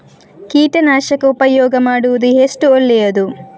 ಕೀಟನಾಶಕ ಉಪಯೋಗ ಮಾಡುವುದು ಎಷ್ಟು ಒಳ್ಳೆಯದು?